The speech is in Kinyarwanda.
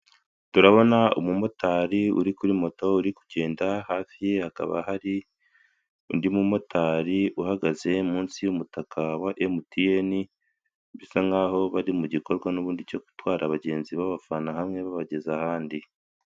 Turabona umumotari uri kuri moto uri kugenda hafi ye hakaba hari undi mumotari uhagaze munsi y'umutaka waMTN bisa nkaho bari mu gikorwa n'ubundi cyo gutwara abagenzi babavana hamwe babageza ahandi.